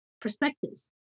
perspectives